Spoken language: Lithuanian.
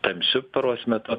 tamsiu paros metu